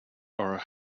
are